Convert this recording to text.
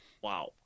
Wow